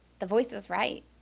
the voice was right.